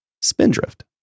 Spindrift